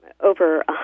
over